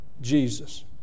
Jesus